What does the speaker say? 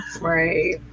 Right